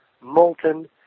molten